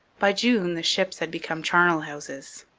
by june the ships had become charnel-houses.